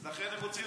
אז לכן, עוזרים